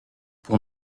pour